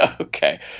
Okay